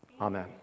Amen